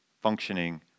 functioning